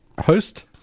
host